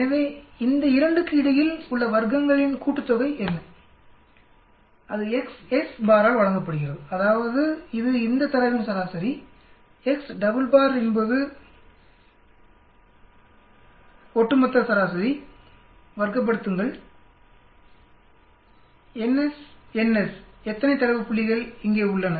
எனவே இந்த 2 க்கு இடையில் உள்ள வர்க்கங்களின் கூட்டுத்தொகை என்ன அது Xs பாரால் வழங்கப்படுகிறது அதாவது இது இந்த தரவின் சராசரி x டபுள் பார் என்பது ஒட்டுமொத்த சராசரி வர்க்கப்படுத்துங்கள் Ns Nsஎத்தனை தரவு புள்ளிகள் இங்கே உள்ளன